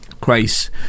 Christ